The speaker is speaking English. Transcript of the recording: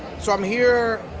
so i'm here,